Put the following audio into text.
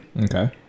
okay